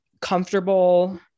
Comfortable